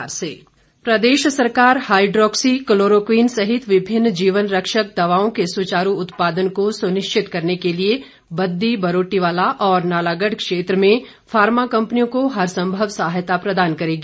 मुख्यमंत्री प्रदेश सरकार हाईड्रोक्सी क्लोरोक्विन सहित विभिन्न जीवन रक्षक दवाओं के सुचारू उत्पादन को सुनिश्चित करने के लिए बद्दी बरोटीवाला और नालागढ़ क्षेत्र में फार्मा कम्पनियों को हर संभव सहायता प्रदान करेगी